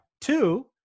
Two